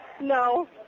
No